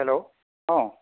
hello অঁ